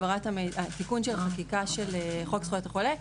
התיקון של הבדיקה של חוק זכויות החולה.